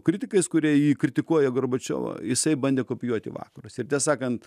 kritikais kurie jį kritikuoja gorbačiovą jisai bandė kopijuoti vakarus ir tiesą sakant